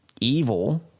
evil